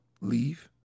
Leave